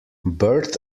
birth